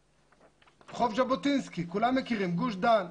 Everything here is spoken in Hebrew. רחוב ז'בוטינסקי, כולם מכירים, גוש דן.